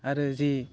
आरो जि